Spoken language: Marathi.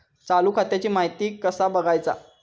चालू खात्याची माहिती कसा बगायचा?